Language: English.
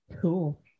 Cool